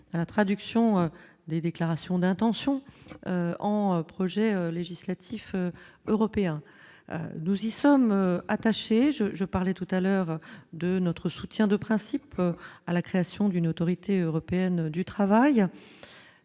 la traduction des déclarations d'intention en projet législatif européen, nous y sommes attachés je je parlais tout à l'heure de notre soutien de principe à la création d'une autorité européenne du travail,